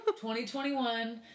2021